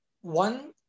One